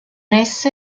esse